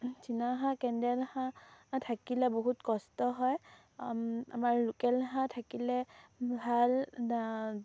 চীনাহাঁহ কেন্দেল হাঁহ থাকিলে বহুত কষ্ট হয় আমাৰ লোকেল হাঁহ থাকিলে ভাল